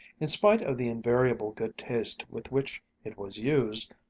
in spite of the invariable good taste with which it was used,